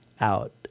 out